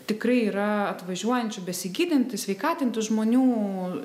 tikrai yra atvažiuojančių besigydantis sveikatintis žmonių